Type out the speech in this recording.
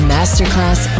Masterclass